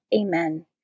Amen